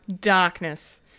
darkness